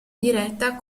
diretta